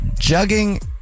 Jugging